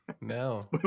no